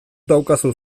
daukazu